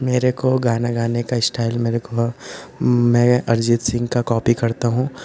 मेरे को गाना गाने का स्टाइल मेरे को मैं अरिजीत सिंह का कॉपी करता हूँ